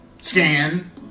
scan